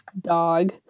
dog